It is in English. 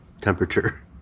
temperature